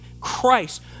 Christ